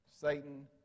Satan